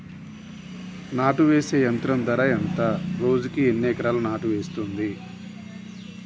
నాటు వేసే యంత్రం ధర ఎంత రోజుకి ఎన్ని ఎకరాలు నాటు వేస్తుంది?